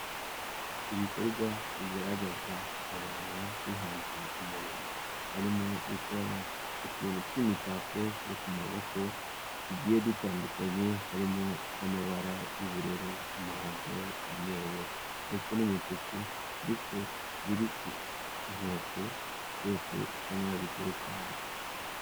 Ibikorwa bigaragaza abantu bihangiye umurimo harimo gukora utuntu tw'imitako yo ku maboko tugiye dutandukanye harimo utw'amabara y'ubururu, umuhondo, umweru ndetse n'umutuku ndetse biri ku nkoko byose bisa nkaho biteretse hasi.